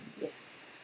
Yes